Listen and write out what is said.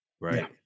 right